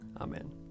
Amen